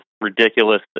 ridiculous